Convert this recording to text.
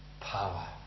power